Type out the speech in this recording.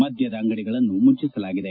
ಮಧ್ಯದ ಅಂಗಡಿಗಳನ್ನು ಮುಚ್ಚಿಸಲಾಗಿದೆ